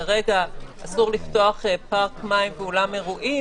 כרגע אסור לפתוח פארק מים ואולם אירועים.